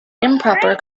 improper